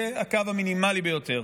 זה הקו המינימלי ביותר.